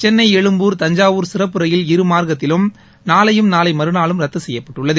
சென்ளை எழும்பூர் தஞ்சாவூர் சிறப்பு ரயில் இருமார்க்கத்திலும் நாளையும் நாளை மறுநாளும் ரத்து செய்யப்பட்டுள்ளது